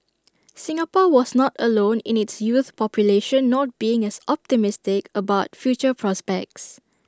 Singapore was not alone in its youth population not being as optimistic about future prospects